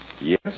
Yes